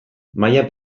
maila